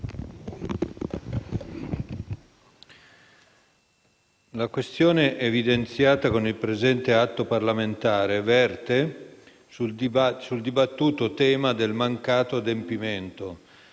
la questione evidenziata con il presente atto parlamentare verte sul dibattuto tema del mancato adempimento,